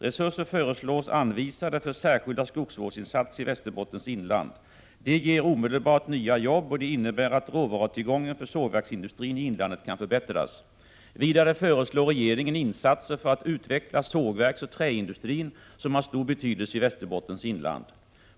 Resurser föreslås anvisade för särskilda skogsvårdsinsatser i Västerbottens inland. De ger omedelbart nya jobb och de innebär att råvarutillgången för sågverksindustrin i inlandet kan förbättras. Vidare föreslår regeringen insatser för att utveckla sågverksoch träindustrin som har stor betydelse i Västerbottens inland.